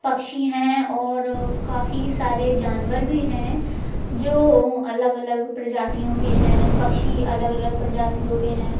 पक्षी है और काफ़ी सारे जानवर भी हैं जो अलग अलग प्रजातियों के है पक्षी अलग अलग प्रजातियों के हैं